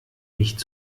nicht